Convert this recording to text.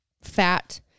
fat